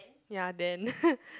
ya then